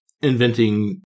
inventing